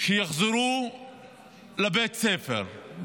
שיחזרו לבית הספר,